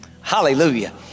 Hallelujah